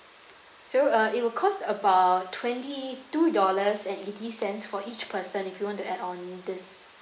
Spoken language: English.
so uh it would cost about twenty-two dollars and eighty cents for each person if you want to add on this